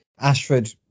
Ashford